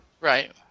Right